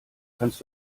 kannst